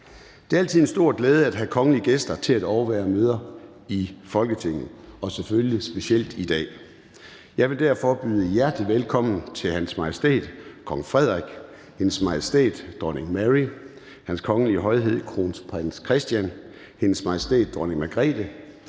Det er altid en stor glæde at have kongelige gæster til at overvære møder i Folketinget – og selvfølgelig specielt i dag. Jeg vil derfor byde hjertelig velkommen til Hans Majestæt Kong Frederik, Hendes Majestæt Dronning Mary, Hans Kongelige Højhed Kronprins Christian, Hendes Majestæt Dronning Margrethe,